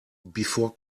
before